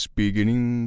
beginning